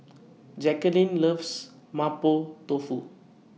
Jacqueline loves Mapo Tofu